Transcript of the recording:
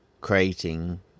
creating